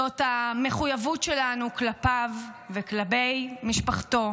זו המחויבות שלנו כלפיו וכלפי משפחתו,